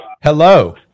Hello